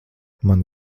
man